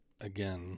again